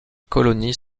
colonies